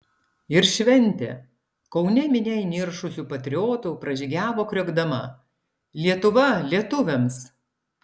ir šventė kaune minia įniršusių patriotų pražygiavo kriokdama lietuva lietuviams